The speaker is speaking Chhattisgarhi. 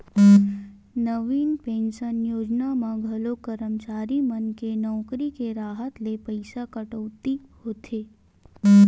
नवीन पेंसन योजना म घलो करमचारी मन के नउकरी के राहत ले पइसा कटउती होथे